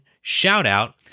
shout-out